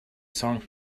songs